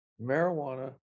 marijuana